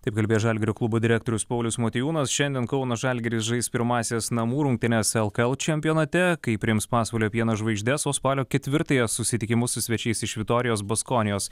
taip kalbėjo žalgirio klubo direktorius paulius motiejūnas šiandien kauno žalgiris žais pirmąsias namų rungtynes lkl čempionate kai priims pasvalio pieno žvaigždes o spalio ketvirtąją susitikimu su svečiais iš vitorijos baskonijos